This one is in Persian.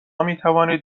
میتوانید